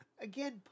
again